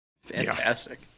Fantastic